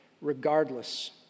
Regardless